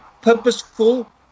purposeful